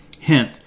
Hint